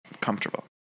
comfortable